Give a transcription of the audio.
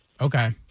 Okay